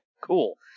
Cool